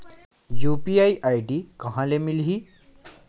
UPI ID कहां ले मिलही?